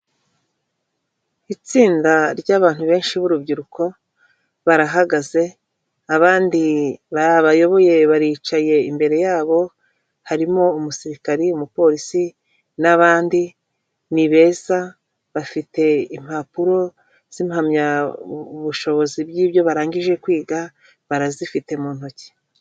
Itsinda ry'abantu benshi b'urubyiruko barahagaze abandi babayoboye baricaye imbere yabo, harimo umusirikari umupolisi n'abandi, ni beza bafite impapuro z'impamyabushobozi bw'ibyo barangije kwiga barazifite mu ntoki.